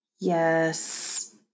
Yes